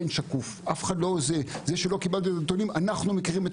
זה שלא קיבלתם את הנתונים אנחנו מכירים את